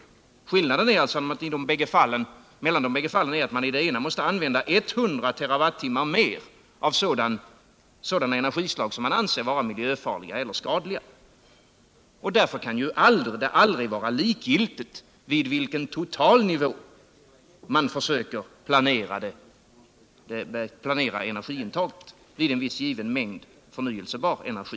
Skillnaden mellan de bägge fallen är att man i det ena måste använda 100 TWh mer av sådana energislag som man anser vara miljöfarliga eller skadliga. Därför kan det aldrig vara likgiltigt vid vilken total nivå man försöker planera energiintaget vid en given mängd förnyelsebar energi.